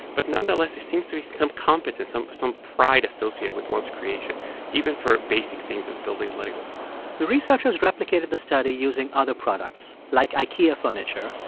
but nonetheless, there seems to be some competence, um some pride associated with one's creation even for basic things as building legos the researchers replicated the study using other products like ikea furniture,